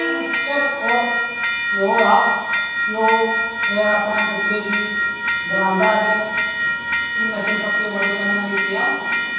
पुत्तर और प्यो दा प्यो अपने पुत्तरे गी गलांदा के तूं नशे पत्ते बड़े करना लगी पेआ